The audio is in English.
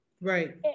Right